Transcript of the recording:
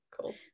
cool